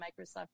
Microsoft